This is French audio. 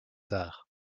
tard